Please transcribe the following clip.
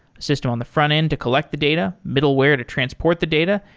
system on the frontend to collect the data, middleware to transport the data,